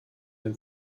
den